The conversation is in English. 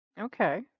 Okay